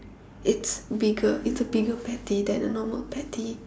it's bigger it's a bigger patty than a normal patty